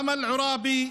אמל עוראבי,